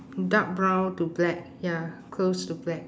dark brown to black ya close to black